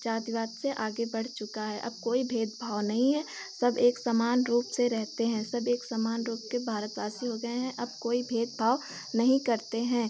जातिवाद से आगे बढ़ चुका है अब कोई भेदभाव नहीं है सब एकसमान रूप से रहते हैं सब एकसमान रूप के भारतवासी हो गए हैं अब कोई भेदभाव नहीं करते हैं